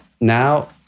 Now